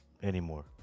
Anymore